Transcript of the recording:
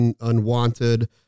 unwanted